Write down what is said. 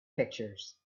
pictures